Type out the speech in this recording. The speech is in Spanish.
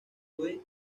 fue